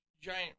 giant